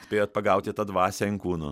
spėjot pagauti tą dvasią inkūnų